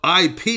IP